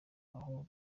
aho